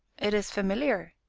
it is familiar,